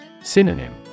Synonym